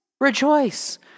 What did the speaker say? Rejoice